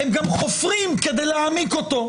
הם גם חופרים כדי להעמיק אותו.